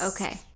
Okay